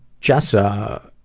jessa